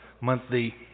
monthly